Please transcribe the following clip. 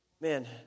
Man